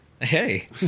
hey